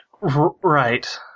Right